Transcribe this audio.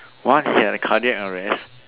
what he had a cardiac arrest